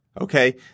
okay